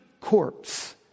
corpse